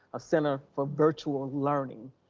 a center for virtual learning,